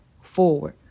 forward